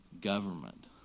government